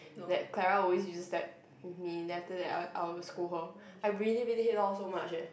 like Clara always uses that with me then after that I I will scold her I really really hate lol so much eh